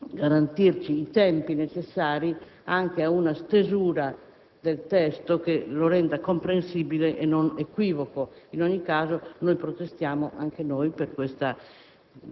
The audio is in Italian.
garantirci i tempi necessari anche per una stesura del testo che lo renda comprensibile e non equivoco. In ogni caso, protestiamo anche noi per questo